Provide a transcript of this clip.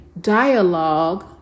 dialogue